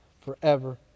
forever